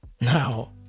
Now